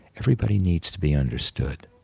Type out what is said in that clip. everybody needs to be understood.